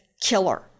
killer